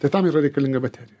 tai tam yra reikalinga baterija